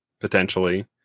potentially